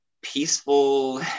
peaceful